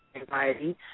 anxiety